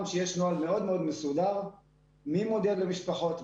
שיש נוהל מאוד מאוד מסודר מי מודיע למשפחות,